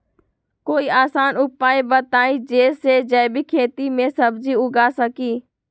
कोई आसान उपाय बताइ जे से जैविक खेती में सब्जी उगा सकीं?